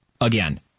again